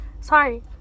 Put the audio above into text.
sorry